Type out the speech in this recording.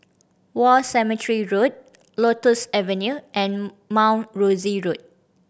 War Cemetery Road Lotus Avenue and Mount Rosie Road